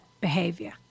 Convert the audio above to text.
behavior